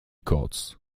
koc